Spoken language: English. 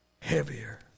Heavier